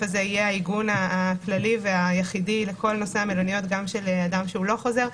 הזה יהיה העיגון הכללי והיחיד לכל נושא המלוניות גם לאדם שאינו חוזר.